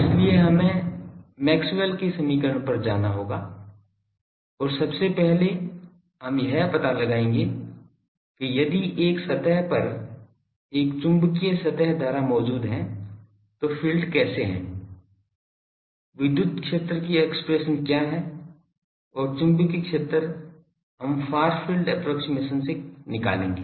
इसलिए हमें मैक्सवेल के समीकरण पर जाना होगा और सबसे पहले हम यह पता लगाएंगे कि यदि एक सतह पर एक चुंबकीय सतह धारा मौजूद है तो फ़ील्ड कैसे हैं विद्युत क्षेत्र की एक्सप्रेशन क्या है और चुंबकीय क्षेत्र हम फार फील्ड अप्प्रोक्सिमेशन से निकालेंगे